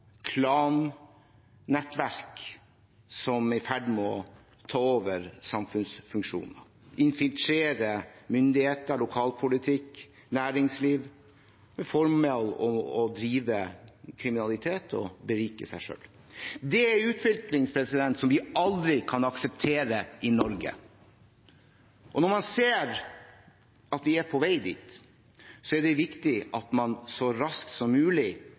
klannettverk som er i ferd med å ta over samfunnsfunksjoner og infiltrere myndigheter, lokalpolitikk og næringsliv med formålet å bedrive kriminalitet og berike seg selv. Det er en utvikling vi aldri kan akseptere i Norge. Når man ser at vi er på vei dit, er det viktig at man så raskt som mulig